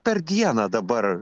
per dieną dabar